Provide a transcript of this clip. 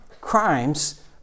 crimes